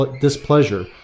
displeasure